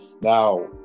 Now